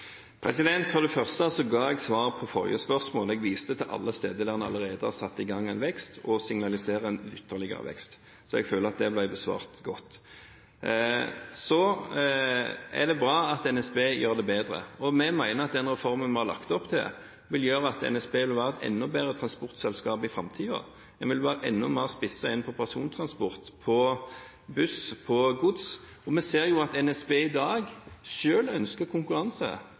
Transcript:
For det første ga jeg svar på forrige spørsmål, jeg viste til alle steder der en allerede har satt i gang en vekst og signaliserer en ytterligere vekst. Så jeg føler at det ble besvart godt. Så er det bra at NSB gjør det bedre, og vi mener at den reformen vi har lagt opp til, vil gjøre at NSB vil være et enda bedre transportselskap i framtiden. Det vil være enda mer spisset inn mot persontransport, på buss, og mot gods. Vi ser jo at NSB i dag selv ønsker konkurranse.